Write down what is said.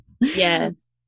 Yes